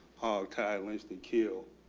tie, lynched and kill.